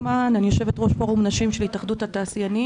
יושבת ראש פורום נשים של התאחדות התעשיינים